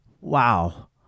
Wow